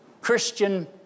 Christian